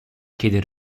kiedy